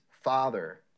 father